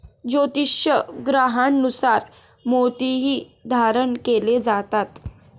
ज्योतिषीय ग्रहांनुसार मोतीही धारण केले जातात